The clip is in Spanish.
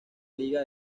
liga